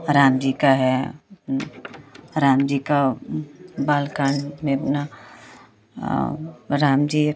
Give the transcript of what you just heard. राम जी का है राम जी का बाल कांड में अपना राम जी